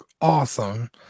awesome